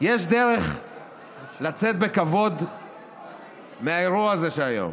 יש דרך לצאת בכבוד מהאירוע הזה היום: